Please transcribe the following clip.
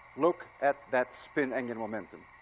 look at that spin angular momentum.